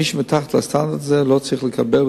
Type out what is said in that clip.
מי שמתחת לסטנדרט לא צריך לקבל,